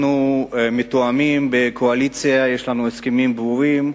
אנחנו מתואמים בקואליציה, יש לנו הסכמים ברורים.